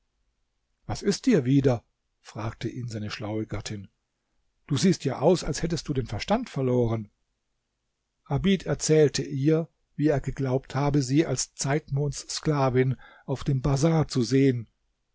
was ist dir wieder fragte ihn seine schlaue gattin du siehst ja aus als hättest du den verstand verloren abid erzählte ihr wie er geglaubt habe sie als zeitmonds sklavin auf dem bazar zu sehen